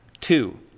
Two